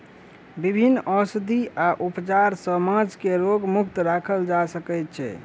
विभिन्न औषधि आ उपचार सॅ माँछ के रोग मुक्त राखल जा सकै छै